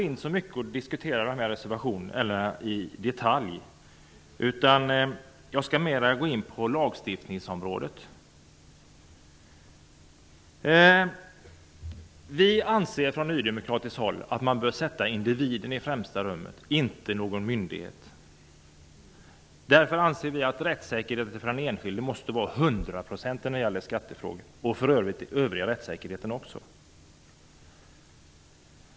Jag tänker inte diskutera dessa reservationer så mycket i detalj. Jag skall mer gå in på lagstiftningsområdet. Från Ny demokratis sida anser vi att man bör sätta individen i främsta rummet, inte någon myndighet. Vi anser därför att rättssäkerheten för den enskilde måste vara hundraprocentig när det gäller skattefrågor; det måste den för övrigt vara på alla områden.